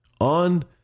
on